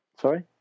sorry